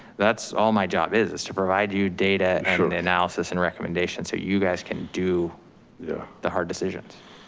that's all my job is, is to provide you data and analysis and recommendation so you guys can do yeah the hard decision.